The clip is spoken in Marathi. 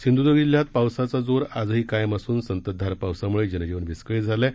सिंधूदुर्ग जिल्ह्यात पावसाचा जोर आजही कायम असून संततधार पावसामुळे जनजीवन विस्कळीत झालं आहे